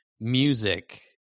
music